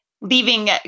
leaving